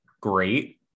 great